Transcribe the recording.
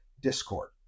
Discord